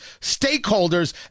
stakeholders